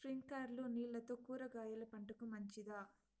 స్ప్రింక్లర్లు నీళ్లతో కూరగాయల పంటకు మంచిదా?